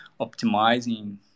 optimizing